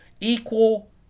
equal